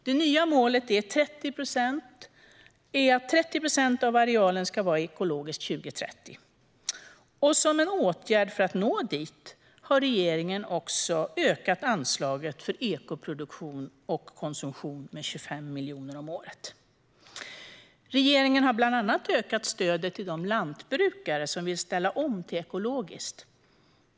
Det nya målet är att 30 procent av arealen ska vara ekologisk 2030. Som en åtgärd för att nå dit har regeringen också ökat anslaget för ekoproduktion och konsumtion med 25 miljoner om året. Regeringen har bland annat ökat stödet till de lantbrukare som vill ställa om till ekologiskt.